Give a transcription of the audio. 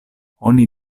oni